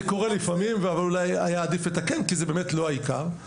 זה קורה לפעמים אבל אולי היה עדיף לתקן כי זה באמת לא העיקר.